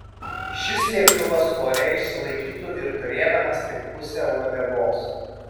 šis lėktuvas ore išsilaikytų ir turėdamas tik pusę uodegos